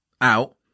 out